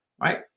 right